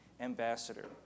ambassador